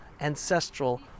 ancestral